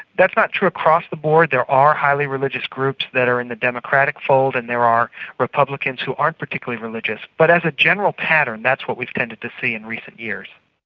that's not true across the board there are highly religious groups that are in the democratic fold and there are republicans who aren't particularly religious. but as a general pattern, that's what we've tended to see in recent years.